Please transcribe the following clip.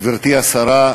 גברתי השרה,